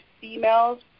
females